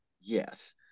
Yes